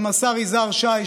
גם השר יזהר שי,